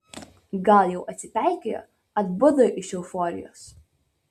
gal jau atsipeikėjo atbudo iš euforijos